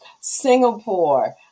Singapore